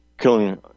Killing